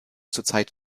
zurzeit